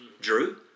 Drew